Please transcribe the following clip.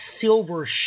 silver